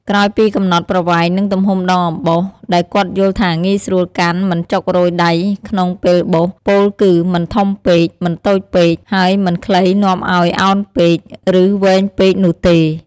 ក្រោយពីកំណត់ប្រវែង និងទំហំដងអំបោស ដែលគាត់យល់ថាងាយស្រួលកាន់មិនចុករយដៃក្នុងពេលបោស ពោលគឺ មិនធំពេក មិនតូចពេក ហើយមិនខ្លីនាំឲ្យអោនពេក រឺវែងពេកនោះទេ។